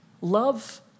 Love